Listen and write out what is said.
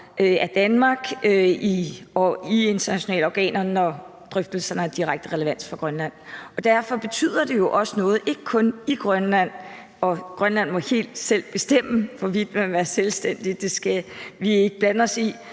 af Danmark i internationale organer, når drøftelserne har direkte relevans for Grønland. Derfor betyder det jo også noget, ikke kun i Grønland – og Grønland må helt selv bestemme, hvorvidt man vil være selvstændige; det skal vi ikke blande os i